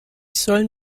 sollen